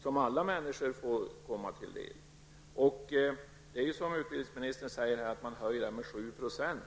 som kommer alla människor till del. Man höjer, som skolministern säger, tillägget med 7 %.